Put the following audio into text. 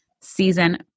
season